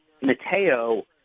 Mateo